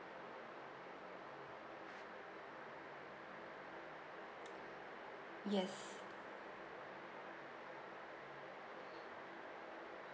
yes